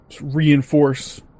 reinforce